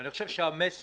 אני חושב שהמסר,